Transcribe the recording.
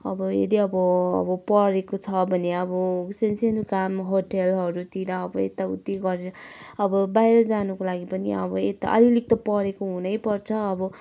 अब यदि अब अब पढेको छ भने अब सानसानो काम होटलहरूतिर अब यताउति गरेर अब बाहिर जानुको लागि पनि अब यता अलिअलि त पढेको हुनैपर्छ अब